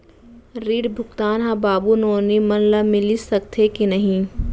ऋण भुगतान ह बाबू नोनी मन ला मिलिस सकथे की नहीं?